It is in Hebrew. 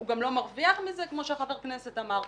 הוא גם לא מרוויח מזה כמו שחבר הכנסת פורר אמר.